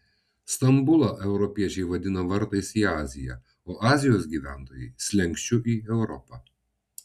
stambulą europiečiai vadina vartais į aziją o azijos gyventojai slenksčiu į europą